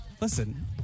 Listen